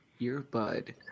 Earbud